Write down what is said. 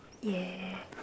yeah